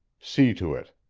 see to it.